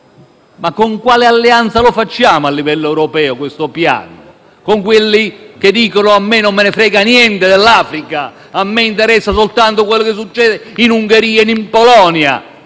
Ma con quale alleanza facciamo a livello europeo questo piano? Con quelli che dicono che non gli importa niente dell'Africa e che gli interessa soltanto quanto succede in Ungheria o in Polonia?